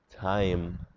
time